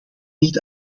niet